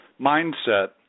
mindset